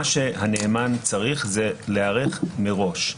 מה שהנאמן צריך זה להיערך מראש.